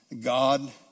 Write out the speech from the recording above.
God